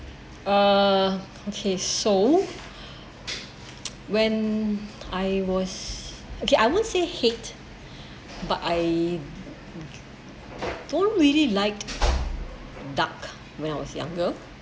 uh okay so when I was okay I won't say hate but I don't really liked duck when I was younger